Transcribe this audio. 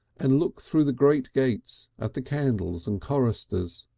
and look through the great gates at the candles and choristers,